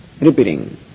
repeating